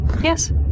Yes